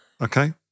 Okay